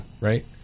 Right